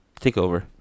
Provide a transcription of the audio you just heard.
TakeOver